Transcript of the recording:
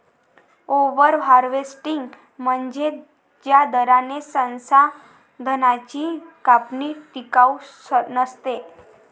over harvesting म्हणजे ज्या दराने संसाधनांची कापणी टिकाऊ नसते